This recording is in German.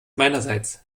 meinerseits